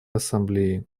ассамблеи